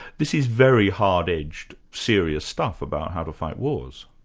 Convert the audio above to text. this is very hard-edged serious stuff about how to fight wars.